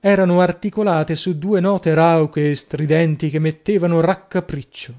erano articolate su due note rauche e stridenti che mettevano raccapriccio